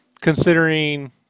considering